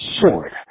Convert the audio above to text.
sword